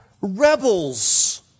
rebels